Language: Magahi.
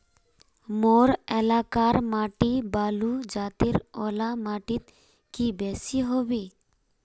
मोर एलाकार माटी बालू जतेर ओ ला माटित की बेसी हबे?